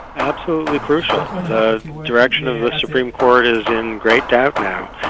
absolutely crucial. the direction of the supreme court is in great doubt now.